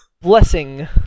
Blessing